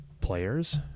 players